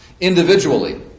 Individually